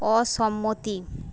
অসম্মতি